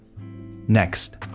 Next